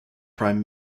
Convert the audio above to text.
prime